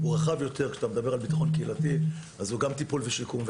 הוא רחב יותר כשאתה מדבר על ביטחון קהילתי אז הוא גם טיפול ושיקום,